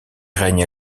règne